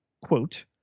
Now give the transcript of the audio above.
quote